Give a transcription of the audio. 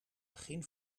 begin